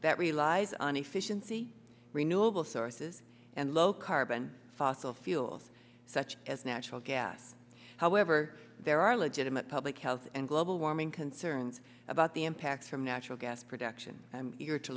that relies on efficiency renewable sources and low carbon fossil fuels such as natural gas however there are legitimate public health and global warming concerns about the impacts from natural gas production